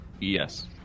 Yes